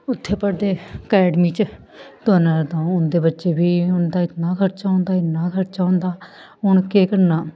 उत्थें पढ़दे अकैडमी च ते ना तां उं'दे बच्चे बी उंदा इन्ना खर्चा होंदा इन्ना खर्चा होंदा हून केह् करना